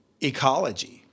ecology